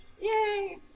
Yay